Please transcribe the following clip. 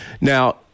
Now